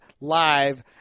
live